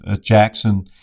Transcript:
Jackson